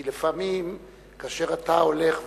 כי לפעמים כאשר אתה הולך ואומר: